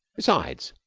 besides,